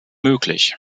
möglich